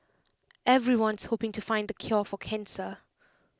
everyone's hoping to find the cure for cancer